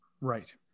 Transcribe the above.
Right